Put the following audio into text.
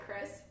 Chris